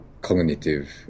cognitive